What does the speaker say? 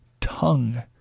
tongue